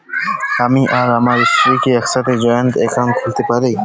আমি আর আমার স্ত্রী কি একসাথে জয়েন্ট অ্যাকাউন্ট খুলতে পারি?